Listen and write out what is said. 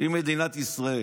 אם מדינת ישראל